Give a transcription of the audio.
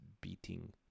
beating